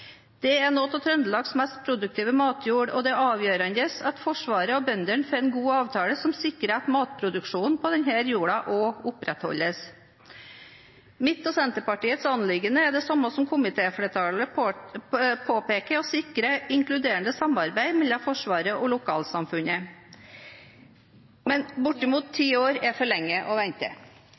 Dette er noe av Trøndelags mest produktive matjord, og det er avgjørende at Forsvaret og bøndene får gode avtaler som sikrer at matproduksjonen på denne jorda opprettholdes. Mitt og Senterpartiets anliggende er det samme som komitéflertallet påpeker: å sikre inkluderende samarbeid mellom Forsvaret og lokalsamfunnet. Bortimot ti år er for lenge å vente.